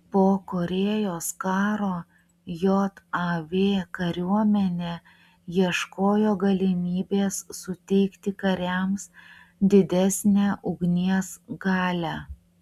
po korėjos karo jav kariuomenė ieškojo galimybės suteikti kariams didesnę ugnies galią